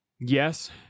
Yes